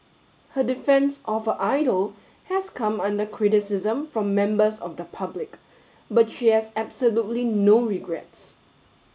her defence of her idol has come under criticism from members of the public but she has absolutely no regrets